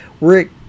rick